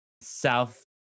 South